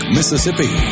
Mississippi